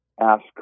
ask